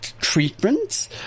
treatments